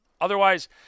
Otherwise